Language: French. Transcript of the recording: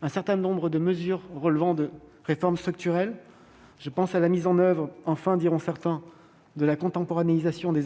un certain nombre de mesures relevant de réformes structurelles comme la mise en oeuvre- enfin ! diront certains -de la contemporanéisation de